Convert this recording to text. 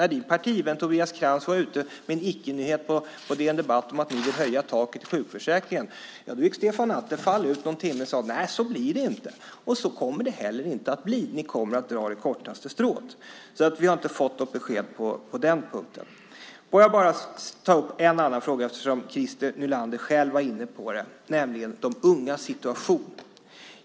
När din partivän Tobias Krantz var ute med en icke-nyhet på DN Debatt om att ni vill höja taket i sjukförsäkringen gick Stefan Attefall ut någon timme senare och sade att det inte blir så. Så kommer det heller inte att bli. Ni kommer att dra det kortaste strået. Vi har inte fått något besked på den punkten. Låt mig ta upp en annan fråga som Christer Nylander själv var inne på, nämligen de ungas situation.